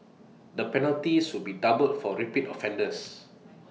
the penalties will be doubled for repeat offenders